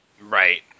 Right